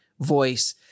voice